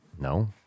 No